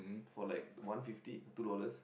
for like one fifty or two dollars